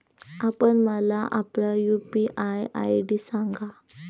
आपण मला आपला यू.पी.आय आय.डी सांगा